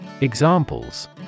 Examples